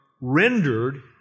rendered